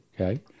Okay